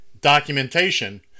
documentation